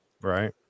Right